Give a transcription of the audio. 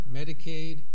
Medicaid